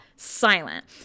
silent